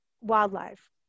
wildlife